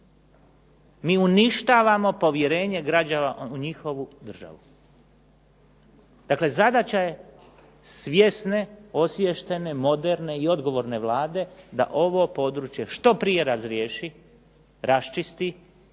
Mi uništavamo povjerenje građana u njihovu državu. Dakle, zadaća je svjesne osviještene, moderne i odgovorne Vlade da ovo područje što prije razriješi, raščisti,